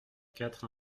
quatre